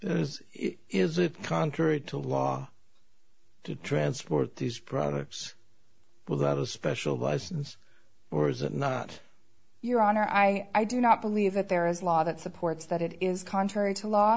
is it contrary to law to transport these products without a special license or is it not your honor i i do not believe that there is law that supports that it is contrary to law